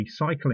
recycling